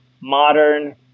Modern